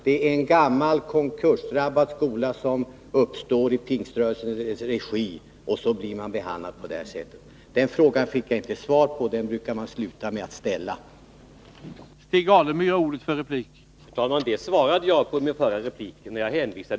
Det är en gammal, konkursdrabbad skola som uppstår i Pingströrelsens regi — och sedan blir man behandlad på detta sätt. Jag fick alltså inget svar på min fråga, och därför vill jag avsluta med att ställa den igen: Är det rättvist att ABF fick fullt statsbidrag, medan Pingströrelsen får ett reducerat statsbidrag för samma skola?